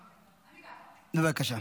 בבקשה.